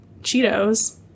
Cheetos